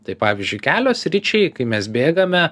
tai pavyzdžiui kelio sričiai kai mes bėgame